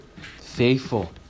Faithful